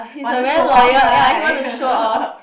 want to show off right